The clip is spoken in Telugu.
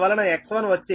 అందువలన X1 వచ్చి 16